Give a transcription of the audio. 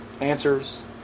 Answers